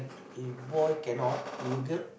if boy cannot if girl